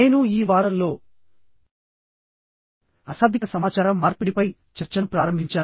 నేను ఈ వారంలో అశాబ్దిక సమాచార మార్పిడిపై చర్చను ప్రారంభించాను